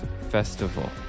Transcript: Festival